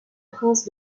prince